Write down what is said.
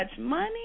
money